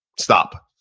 stop.